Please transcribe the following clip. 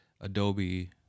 Adobe